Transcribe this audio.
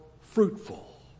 fruitful